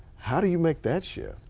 how do you make that shift.